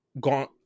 gone